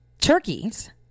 Turkey's